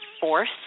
force